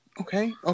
Okay